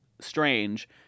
strange